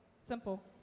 Simple